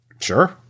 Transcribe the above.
sure